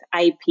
IP